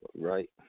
Right